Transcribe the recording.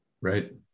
right